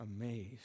amazed